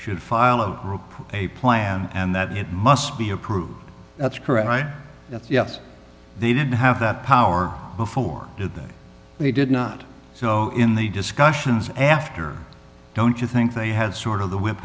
should file of a plan and that it must be approved that's correct right yes they did have that power before that they did not so in the discussions after don't you think they had sort of the whip